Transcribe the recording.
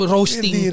Roasting